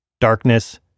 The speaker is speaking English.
darkness